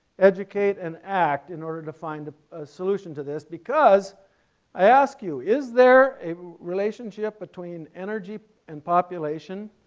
educate and act in order to find a solution to this because i ask you is there a relationship between energy and population?